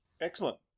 Excellent